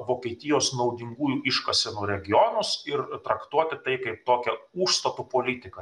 vokietijos naudingųjų iškasenų regionus ir traktuoti kaip tokią užstatų politiką